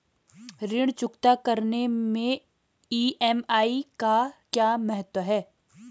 ऋण चुकता करने मैं ई.एम.आई का क्या महत्व है?